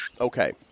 Okay